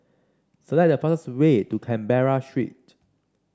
select the fastest way to Canberra Street